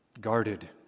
Guarded